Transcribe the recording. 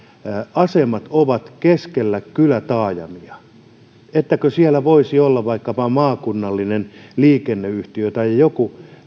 asemat ovat keskellä kylätaajamia voisi olla vaikkapa seutukunnallinen yhtiö maakunnallinen liikenneyhtiö tai joku